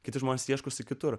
kiti žmonės ieškosi kitur